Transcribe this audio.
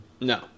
No